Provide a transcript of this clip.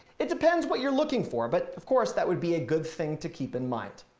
it depends what you're looking for. but of course that would be a good thing to keep in mind.